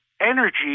energy